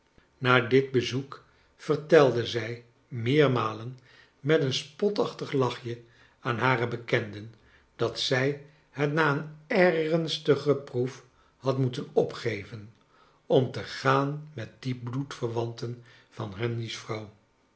na dit bezoek vertelde zij meermalen met een spotachtig lachje aan hare bekenden dat zij het na een ernstige proef had moeten opgeven om te gaan met die bloedverwanten van henry's vrouw